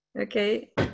Okay